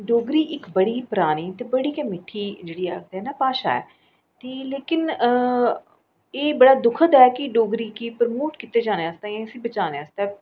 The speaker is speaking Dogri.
डोगरी इक बड़ी गै पुरानी ते बड़ी गै मिट्ठी आखदे ना भाशा ऐ ते लेकिन एह् बड़ा दुखद ऐ कि डोगरी गी प्रमोट कीते जाने आस्तै ते जां इसी बचाने आस्तै